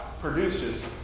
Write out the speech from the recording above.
produces